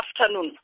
afternoon